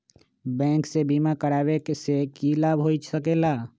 Bank से बिमा करावे से की लाभ होई सकेला?